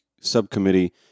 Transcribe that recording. subcommittee